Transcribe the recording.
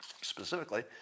specifically